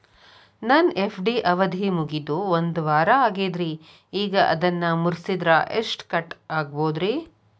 ನನ್ನ ಎಫ್.ಡಿ ಅವಧಿ ಮುಗಿದು ಒಂದವಾರ ಆಗೇದ್ರಿ ಈಗ ಅದನ್ನ ಮುರಿಸಿದ್ರ ಎಷ್ಟ ಕಟ್ ಆಗ್ಬೋದ್ರಿ?